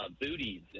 booties